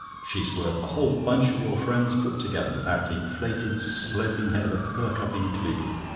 she's worth the whole bunch of your friends put together, that inflated, sloping-head of a perkupp included.